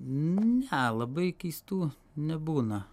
ne labai keistų nebūna